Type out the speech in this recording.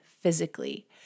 physically